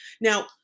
Now